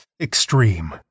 extreme